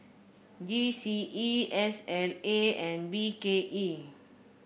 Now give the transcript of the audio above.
G C E S L A and B K E